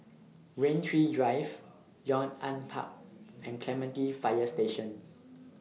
Rain Tree Drive Yong An Park and Clementi Fire Station